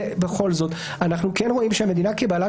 בכל זאת אנחנו כן רואים שהמדינה כבעלת